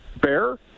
Bear